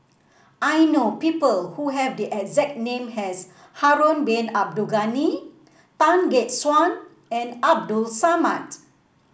I know people who have the exact name as Harun Bin Abdul Ghani Tan Gek Suan and Abdul Samad